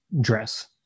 dress